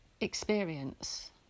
experience